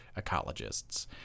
ecologists